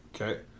Okay